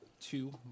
Two